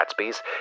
Gatsby's